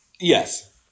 Yes